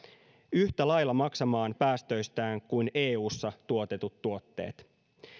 yhtä lailla maksamaan päästöistään kuin eussa tuotetut tuotteet